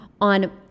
on